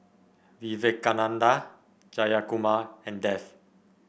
Vivekananda Jayakumar and Dev